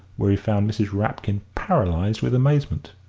where he found mrs. rapkin paralysed with amazement.